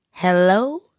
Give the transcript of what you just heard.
Hello